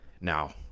Now